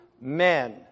men